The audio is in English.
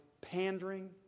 pandering